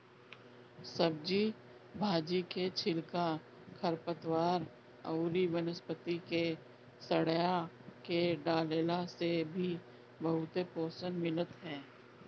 सब्जी भाजी के छिलका, खरपतवार अउरी वनस्पति के सड़आ के डालला से भी बहुते पोषण मिलत ह